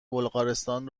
بلغارستان